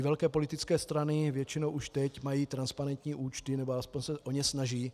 Velké politické strany většinou už teď mají transparentní účty, nebo alespoň se o ně snaží.